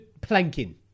planking